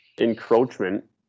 encroachment